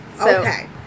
Okay